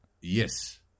Yes